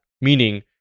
Meaning